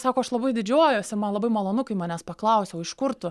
sako aš labai didžiuojuosi man labai malonu kai manęs paklausia o iš kur tu